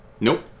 Nope